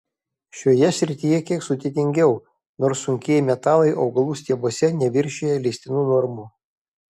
šioje srityje kiek sudėtingiau nors sunkieji metalai augalų stiebuose neviršija leistinų normų